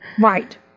Right